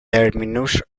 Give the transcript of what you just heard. terminus